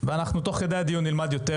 תוך כדי הדיון נלמד יותר,